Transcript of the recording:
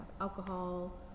alcohol